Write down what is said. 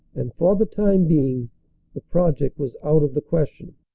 and for the time being the project was out of the question.